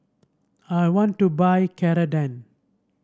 I want to buy Ceradan